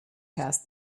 past